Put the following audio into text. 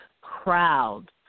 crowds